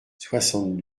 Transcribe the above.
soixante